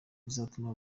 izatuma